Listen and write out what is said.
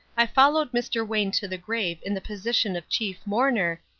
i followed mr. wayne to the grave in the position of chief mourner,